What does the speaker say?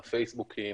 הפייסבוקים,